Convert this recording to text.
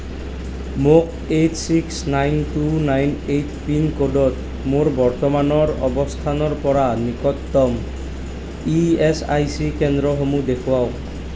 মোক eight six nine two nine eight pin ক'ডত মোৰ বৰ্তমানৰ অৱস্থানৰ পৰা নিকটতম ই এছ আই চি কেন্দ্ৰসমূহ দেখুৱাওক